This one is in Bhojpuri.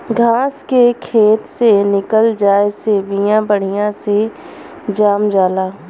घास के खेत से निकल जाये से बिया बढ़िया से जाम जाला